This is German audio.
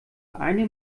eine